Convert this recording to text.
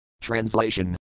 Translation